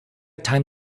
time